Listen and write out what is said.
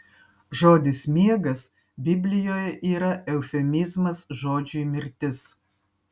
žodis miegas biblijoje yra eufemizmas žodžiui mirtis